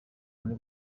muri